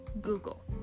Google